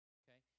okay